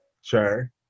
Sure